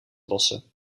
lossen